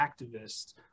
activists